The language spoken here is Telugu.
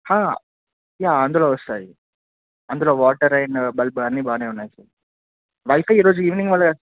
యా అందులో వస్తాయి అందులో వాటర్ అండ్ బల్బ అన్నీ బానే ఉన్నాయ్ సార్ బల్బకి ఈ రోజు ఈవినింగ్ వాళ్ళు